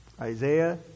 Isaiah